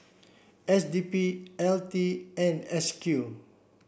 S D P L T and S Q